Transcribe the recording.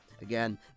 again